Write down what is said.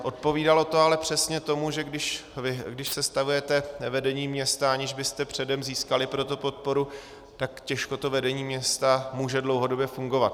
Odpovídalo to ale přesně tomu, že když sestavujete vedení města, aniž byste předem získali pro to podporu, tak těžko to vedení města může dlouhodobě fungovat.